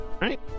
Right